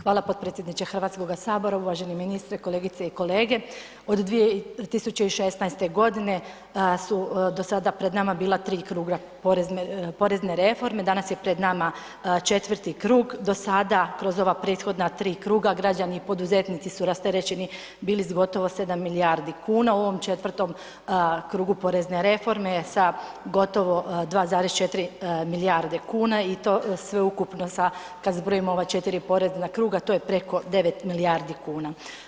Hvala potpredsjedniče HS, uvaženi ministre, kolegice i kolege, od 2016.g. su do sada pred nama bila 3 kruga porezne reforme, danas je pred nama 4. krug, do sada kroz ova prethodna 3 kruga građani i poduzetnici su rasterećeni bili s gotovo 7 milijardi kuna, u ovom 4. krugu porezne reforme sa gotovo 2,4 milijarde kuna i to sve ukupno sa, kad zbrojimo ova 4 porezna kruga, to je preko 9 milijardi kuna.